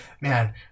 man